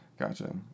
Gotcha